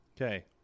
Okay